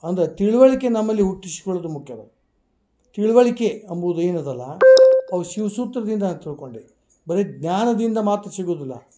ಅಂದ್ರೆ ತಿಳಿವಳಿಕೆ ನಮ್ಮಲ್ಲಿ ಹುಟ್ಟಿಶಿಕೊಳ್ಳುದು ಮುಖ್ಯ ಅದ ತಿಳಿವಳಿಕೆ ಅಂಬುದು ಏನದಲ್ಲ ಅದು ಶಿವಸೂತ್ರದಿಂದಾಗಿ ತಿಳ್ಕೊಂಡೆ ಬರೇ ಜ್ಞಾನದಿಂದ ಮಾತ್ರ ಸಿಗುವುದಿಲ್ಲ